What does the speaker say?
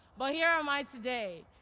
but here am i today,